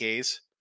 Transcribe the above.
Ks